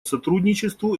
сотрудничеству